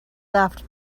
laughed